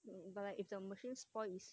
but like if the machine spoils is